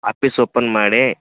office open ಮಾಡಿ